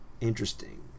interesting